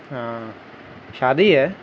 ہاں شادی ہے